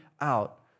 out